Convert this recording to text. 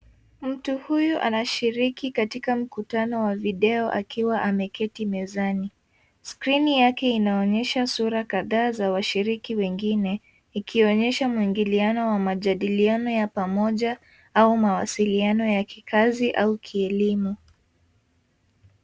Mtu huyu anashiriki katika mkutano wa video akiwa ameketi mezani. Skrini yake inaonyesha sura kadhaa za washiriki wengine ikionyesha muingiliano wa majadiliano ya pamoja au mawasiliano ya kikazi au kielimu.